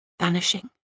vanishing